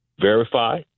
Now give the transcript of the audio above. verify